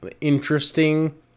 Interesting